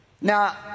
Now